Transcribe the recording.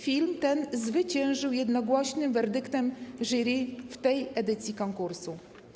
Film ten zwyciężył jednogłośnym werdyktem jury w tej edycji konkursu.